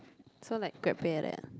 so like Grab pay like that ah